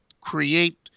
create